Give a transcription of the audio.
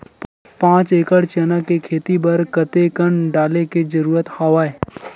पांच एकड़ चना के खेती बर कते कन डाले के जरूरत हवय?